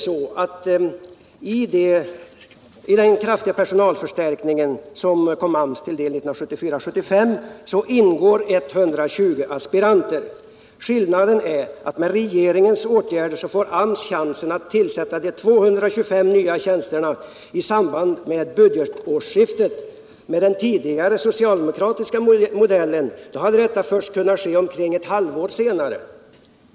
I den kraftiga personalförstärkningen som kom AMS till del 1974/75 ingår 120 aspiranter. Skillnaden är att med regeringens åtgärder får AMS chansen att tillsätta de 225 nya tjänsterna i samband med budgetårsskiftet. Med den tidigare socialdemokratiska modellen hade detta kunnat ske först omkring ett halvt år senare.